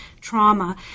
trauma